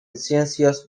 ciencias